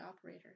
operator